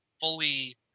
fully